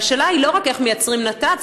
והשאלה היא לא רק איך מייצרים נת"צ,